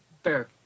Fair